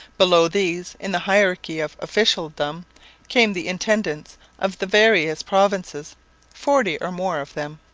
below these in the hierarchy of officialdom came the intendants of the various provinces forty or more of them.